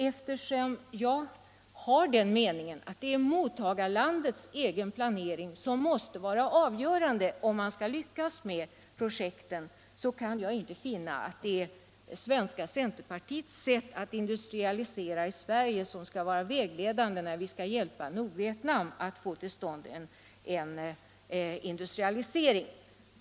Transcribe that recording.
Eftersom jag är av den meningen att det är mottagarlandets egen planering som måste vara avgörande om man skall lyckas med projekten, kan jag inte finna att det är det svenska centerpartiets idéer om hur man bör industrialisera i Sverige som skall vara vägledande när vi hjälper Nordvietnam att få till stånd en industrialisering.